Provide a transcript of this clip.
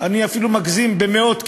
אני אפילו מגזים, במאות קילו.